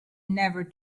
never